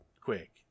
quick